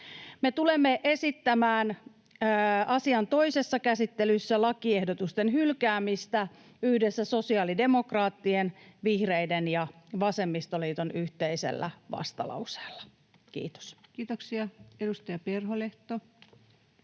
Me tulemme yhdessä esittämään asian toisessa käsittelyssä lakiehdotusten hylkäämistä sosiaalidemokraattien, vihreiden ja vasemmistoliiton yhteisellä vastalauseella. — Kiitos. Kiitoksia. — Edustaja Perholehto